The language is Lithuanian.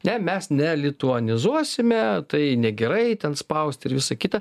ne mes ne lituanizuosime tai negerai ten spausti ir visą kitą